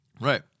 Right